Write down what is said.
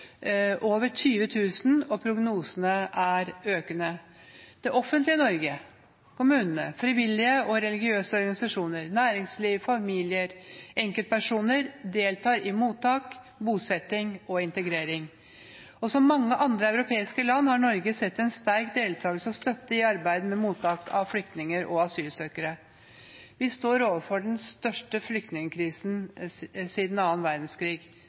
over 20 000 – og prognosene er økende. Det offentlige Norge, kommunene, frivillige og religiøse organisasjoner, næringsliv, familier og enkeltpersoner deltar i mottak, bosetting og integrering. Som mange andre europeiske land har Norge sett en sterk deltakelse og støtte i arbeidet med mottak av flyktninger og asylsøkere. Vi står overfor den største flyktningkrisen siden annen verdenskrig